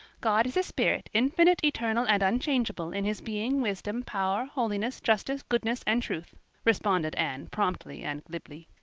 god is a spirit, infinite, eternal and unchangeable, in his being, wisdom, power, holiness, justice, goodness, and truth responded anne promptly and glibly.